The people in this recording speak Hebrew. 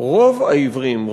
ורוב העיוורים,